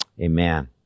Amen